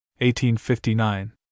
1859